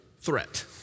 threat